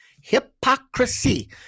Hypocrisy